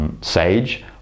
Sage